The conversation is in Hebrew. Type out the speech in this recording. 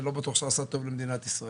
אני לא בטוח שעשה טוב למדינת ישראל,